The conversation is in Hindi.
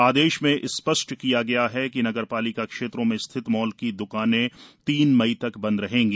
आदेश में स्पष्ट किया गया है कि नगर पालिका क्षेत्रों में स्थित मॉल की द्वकानें तीन मई तक बंद रहेंगी